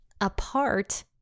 apart